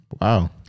wow